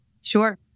Sure